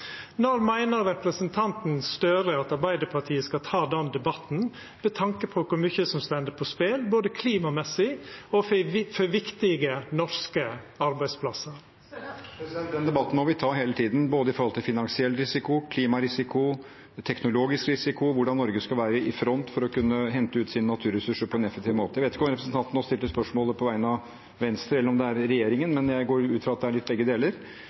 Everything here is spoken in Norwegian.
Når meiner representanten Støre at Arbeidarpartiet skal ta den debatten, med tanke på kor mykje som står på spel både klimamessig og for viktige norske arbeidsplassar? Den debatten må vi ta hele tiden, om både finansiell risiko, klimarisiko, teknologisk risiko, hvordan Norge skal være i front for å kunne hente ut sine naturressurser på en effektiv måte. Jeg vet ikke om representanten nå stilte spørsmålet på vegne av Venstre eller regjeringen, men jeg går ut fra at det er litt begge deler.